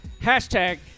hashtag